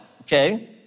Okay